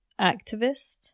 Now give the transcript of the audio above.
activist